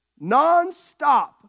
Nonstop